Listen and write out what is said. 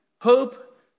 hope